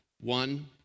one